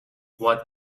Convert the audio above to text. what